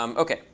um ok.